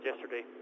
yesterday